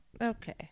Okay